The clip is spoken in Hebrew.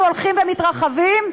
אבל העיוותים האלו הולכים ומתרחבים,